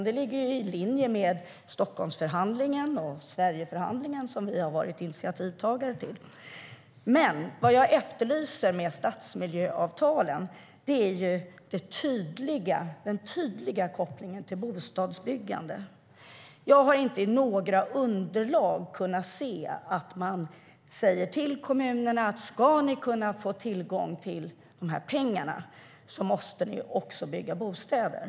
De ligger i linje med Stockholmsförhandlingen och Sverigeförhandlingen som vi har varit initiativtagare till. Vad jag efterlyser när det gäller stadsmiljöavtalen är dock den tydliga kopplingen till bostadsbyggande. Jag har inte i några underlag kunnat se att man säger till kommunerna att om de ska få tillgång till pengarna måste de också bygga bostäder.